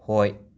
ꯍꯣꯏ